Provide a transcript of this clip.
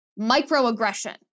microaggression